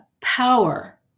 power